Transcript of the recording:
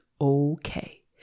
okay